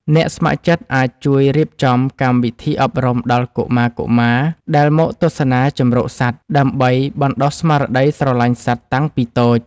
អ្នកស្ម័គ្រចិត្តអាចជួយរៀបចំកម្មវិធីអប់រំដល់កុមារដែលមកទស្សនាជម្រកសត្វ ដើម្បីបណ្ដុះស្មារតីស្រឡាញ់សត្វតាំងពីតូច។